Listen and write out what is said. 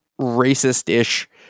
racist-ish